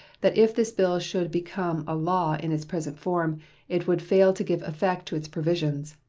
that if this bill should become a law in its present form it would fail to give effect to its provisions.